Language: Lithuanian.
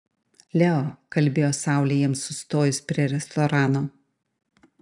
leo kalbėjo saulė jiems sustojus prie restorano